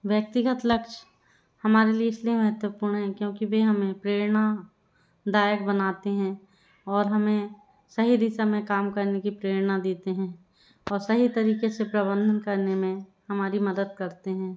व्यक्तिगत लक्ष्य हमारे लिए इसलिए महत्वपूर्ण है क्योंकि वे हमें प्रेरणादायक बनाते हैं और हमें सही दिशा में काम करने की प्रेरणा देते हैं और सही तरीके से प्रबंधन करने में हमारी मदद करते हैं